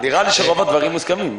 שרוב הדברים מוסכמים.